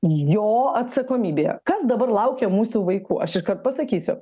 jo atsakomybė kas dabar laukia mūsų vaikų aš pasakysiu